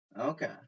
Okay